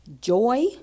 joy